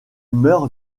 meurt